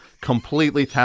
completely